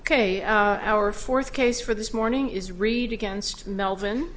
ok our fourth case for this morning is read against melvin